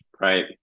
right